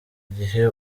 gihe